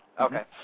Okay